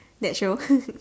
that show